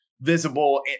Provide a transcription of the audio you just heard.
visible